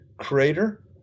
crater